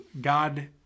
God